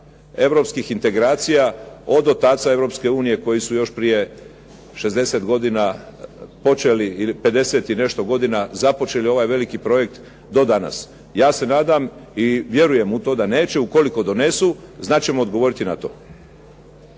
europskih integracija, od otaca Europske unije koji su još prije 60 godina počeli ili 50 i nešto godina, započeli ovaj veliki projekt do danas. Ja se nadam i vjerujem u to da neće. Ukoliko donesu, znat ćemo odgovoriti na to.